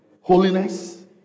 Holiness